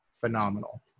phenomenal